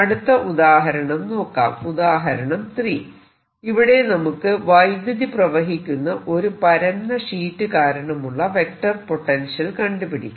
അടുത്ത ഉദാഹരണം നോക്കാം ഉദാഹരണം 3 ഇവിടെ നമുക്ക് വൈദ്യുതി പ്രവഹിക്കുന്ന ഒരു പരന്ന ഷീറ്റ് കാരണമുള്ള വെക്റ്റർ പൊട്ടൻഷ്യൽ കണ്ടുപിടിക്കാം